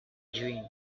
dream